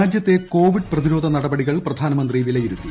രാജ്യത്തെ കോവിഡ് പ്രതിരോധ നടപടികൾ പ്രധാനമന്ത്രി വിലയിരുത്തി